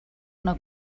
una